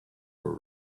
were